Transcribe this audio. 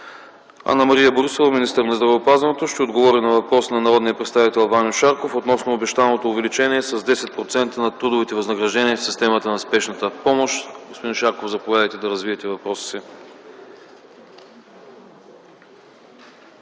Анна-Мария Борисова – министър на здравеопазването, ще отговори на въпрос от народния представител Ваньо Шарков относно обещаното увеличение с 10% на трудовите възнаграждения в системата на Спешната помощ. Господин Шарков, заповядайте да развиете въпроса си.